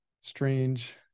strange